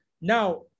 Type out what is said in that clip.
Now